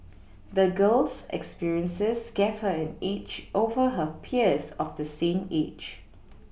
the girl's experiences gave her an edge over her peers of the same age